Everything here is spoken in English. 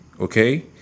Okay